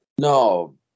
no